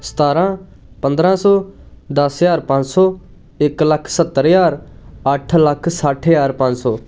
ਸਤਾਰਾਂ ਪੰਦਰਾਂ ਸੌ ਦੱਸ ਹਜ਼ਾਰ ਪੰਜ ਸੌ ਇੱਕ ਲੱਖ ਸੱਤਰ ਹਜ਼ਾਰ ਅੱਠ ਲੱਖ ਸੱਠ ਹਜ਼ਾਰ ਪੰਜ ਸੌ